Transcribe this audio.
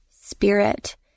Spirit